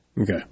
Okay